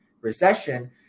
recession